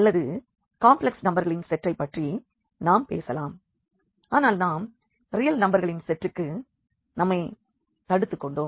அல்லது காம்ப்ளக்ஸ் நம்பர்களின் செட்டைபற்றி நாம் பேசலாம் ஆனால் நாம் ரியல் நம்பர்களின் செட்டுக்கு நம்மை தடுத்துக்கொண்டோம்